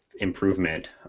improvement